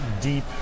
deep